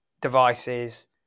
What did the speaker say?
devices